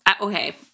okay